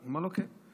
הוא אומר לו: כן.